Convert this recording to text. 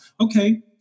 Okay